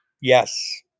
Yes